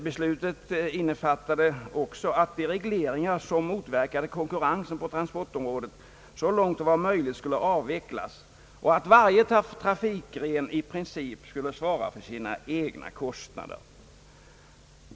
Beslutet innefattade också att de regleringar som motverkade konkurrensen på transportområdet så långt möjligt skulle avvecklas och att varje trafikgren i princip skulle svara för sina egna kostnader.